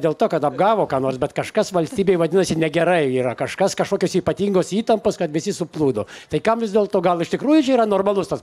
dėl to kad apgavo ką nors bet kažkas valstybėj vadinasi negerai jau yra kažkas kažkokios ypatingos įtampos kad visi suplūdo tai kam vis dėlto gal iš tikrųjų čia yra normalus tas